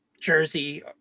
Jersey